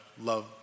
love